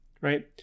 right